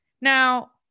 Now